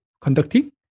conducting